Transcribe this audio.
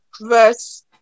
verse